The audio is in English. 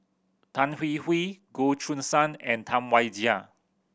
Tan Hwee Hwee Goh Choo San and Tam Wai Jia